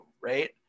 right